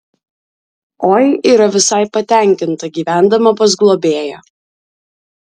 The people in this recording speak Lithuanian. oi yra visai patenkinta gyvendama pas globėją